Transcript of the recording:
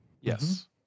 Yes